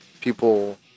people